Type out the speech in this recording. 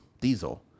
diesel